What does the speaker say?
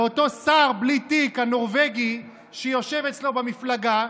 לאותו שר בלי תיק, הנורבגי שיושב אצלו במפלגה.